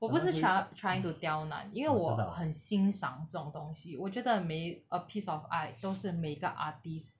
我不是 shut up trying to tell 难因为我我很欣赏这种东西我觉得每 a piece of art 都是每个 artist